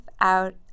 out